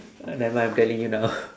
uh nevermind I'm telling you now